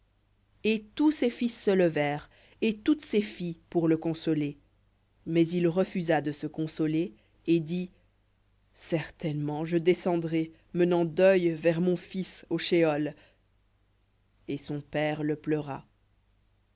et tous ses fils se levèrent et toutes ses filles pour le consoler mais il refusa de se consoler et dit certainement je descendrai menant deuil vers mon fils au shéol et son père le pleura